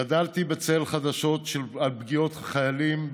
גדלתי בצל חדשות על פגיעות בחיילים,